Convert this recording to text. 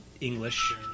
english